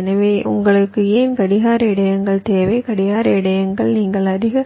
எனவே உங்களுக்கு ஏன் கடிகார இடையகங்கள் தேவை கடிகார இடையகங்கள் நீங்கள் அதிக